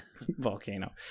volcano